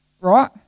Right